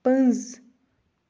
پٔنٛز